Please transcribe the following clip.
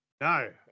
No